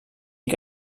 que